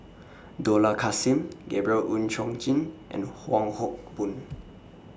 Dollah Kassim Gabriel Oon Chong Jin and Wong Hock Boon